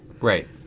Right